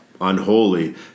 unholy